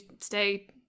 stay